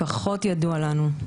פחות ידוע לנו.